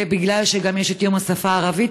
ובגלל שיש גם את יום השפה הערבית,